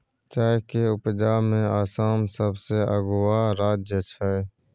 चाय के उपजा में आसाम सबसे अगुआ राज्य छइ